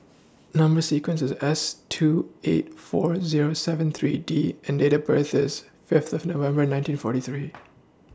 Number sequence IS S two eight four Zero seven three D and Date of birth IS Fifth of November nineteen forty three